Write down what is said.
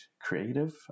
creative